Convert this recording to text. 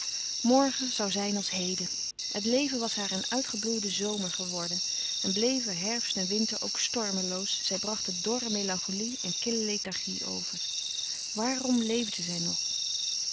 morgen zou zijn als heden het leven was haar een uitgebloeide zomer geworden en bleven herfst en winter ook stormenloos zij brachten dorre melancholie en kille lethargie over waarom leefde zij nog